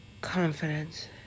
confidence